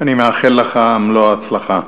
אני מאחל לך מלוא ההצלחה.